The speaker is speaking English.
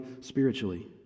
spiritually